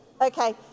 Okay